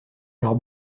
leurs